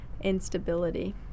Instability